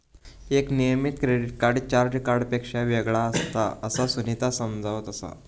एक नियमित credit card charge कार्डपेक्षा वेगळा असता, असा सुनीता समजावत होता